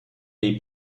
dei